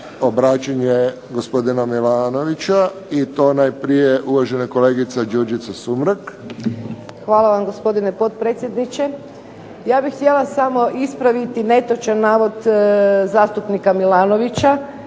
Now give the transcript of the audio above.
obraćanje gospodina Milanovića i to najprije uvažene kolegica Đurđica Sumrak. **Sumrak, Đurđica (HDZ)** Hvala gospodine potpredsjedniče. Ja bih htjela samo ispraviti netočan navoda zastupnika Milanovića,